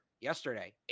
yesterday